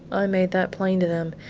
i made that plain to them,